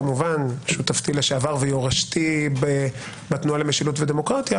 כמובן שותפתי לשעבר ויורשתי בתנועה למשילות ודמוקרטיה